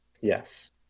Yes